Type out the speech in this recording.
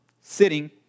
sitting